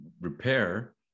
repair